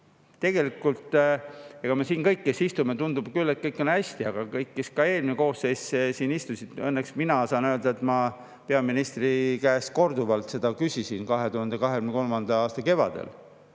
Tegelikult meile kõigile, kes me siin istume, tundub küll, et kõik on hästi, samuti kõigile, kes ka eelmine koosseis siin istusid. Õnneks mina saan öelda, et ma peaministri käest korduvalt küsisin 2023. aasta kevadel,